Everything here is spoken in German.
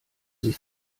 sie